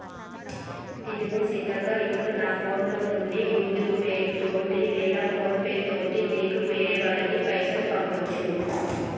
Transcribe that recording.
ఇదిగో సీతక్క ఇప్పుడు నా ఫోన్ లో నుండి గూగుల్ పే తోటి లేదా ఫోన్ పే తోటి నీకు వేరే వాళ్ళకి పైసలు పంపొచ్చు